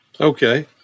Okay